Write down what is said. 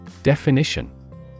Definition